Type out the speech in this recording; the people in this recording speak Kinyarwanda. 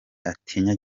atinya